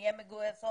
נהיה מגויסות,